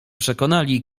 przekonali